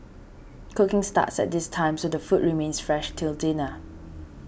cooking starts at this time so the food remains fresh until dinner